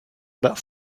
but